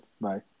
Bye